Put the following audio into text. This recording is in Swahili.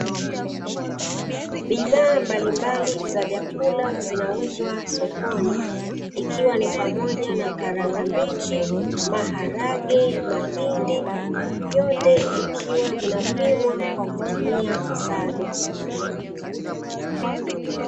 Bidhaa mbalimbali za vyakula zinauzwa sokoni ikiwa ni pamoja na karanga mbichi, maharage, mahindi vyote vikiwa vinapimwa kwa kutumia sado.